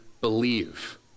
believe